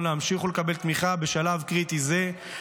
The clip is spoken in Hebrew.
להמשיך לקבל תמיכה בשלב קריטי זה,